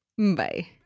bye